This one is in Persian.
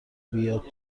بیاد